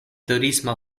turisma